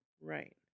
Right